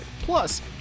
Plus